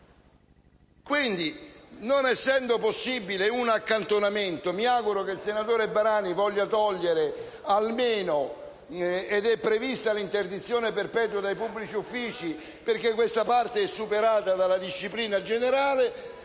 Quindi, non essendo possibile un accantonamento, mi auguro che il senatore Barani voglia togliere almeno l'interdizione perpetua dai pubblici uffici, perché questa parte è superata dalla disciplina generale.